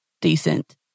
decent